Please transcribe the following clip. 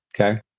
okay